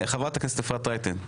חברת הכנסת אפרת רייטן,